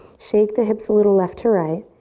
shake the hips a little left to right.